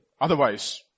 Otherwise